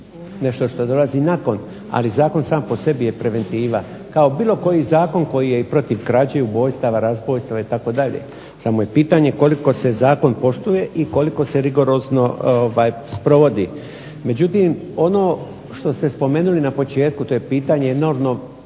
nešto što dolazi nakon, ali zakon sam po sebi je preventiva kao bilo koji zakon koji je i protiv krađe, ubojstava, razbojstava itd. Samo je pitanje koliko se zakon poštuje i koliko se rigorozno sprovodi. Međutim, ono što ste spomenuli na početku to je pitanje enormno